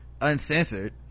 uncensored